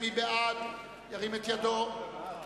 משרד ראש הממשלה,